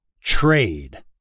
trade